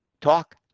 talk